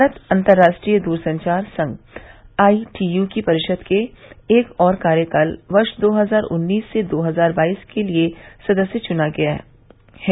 भारत अंतरराष्ट्रीय दूरसंचार संघ आईटीयू की परिषद के एक और कार्यकाल वर्ष दो हजार उन्नीस से दो हजार बाईस के लिए सदस्य चुना गया है